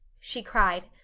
she cried.